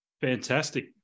Fantastic